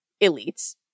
elites